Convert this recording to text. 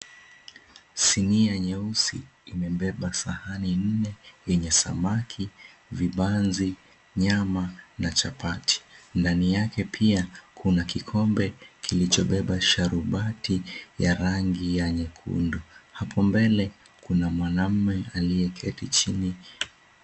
Sinia nyeusi imebeba sahani nne yenye samaki, vibanzi, nyama na chapati ndani yake pia kuna kikombe kilichobeba sharubati ya rangi ya nyekundu hapo mbele kuna mwanamume aliyeketi chini.